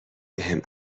بهم